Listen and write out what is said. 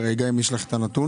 אם יש לך את הנתון,